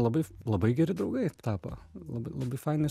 labai labai geri draugai tapo labai labai fainai